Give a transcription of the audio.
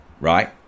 right